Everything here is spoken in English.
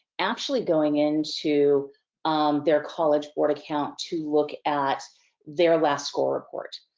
actually going in to um their college board account to look at their last score report.